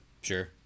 Sure